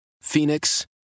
Phoenix